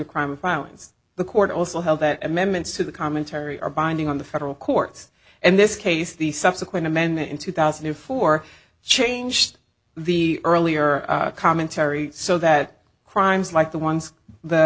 crime of violence the court also held that amendments to the commentary are binding on the federal courts and this case the subsequent amendment in two thousand and four changed the earlier commentary so that crimes like the ones